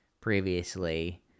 previously